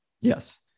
Yes